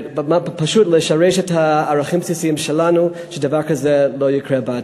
ופשוט להשריש את הערכים הבסיסיים שלנו כדי שדבר כזה לא יקרה בעתיד.